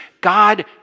God